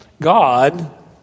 God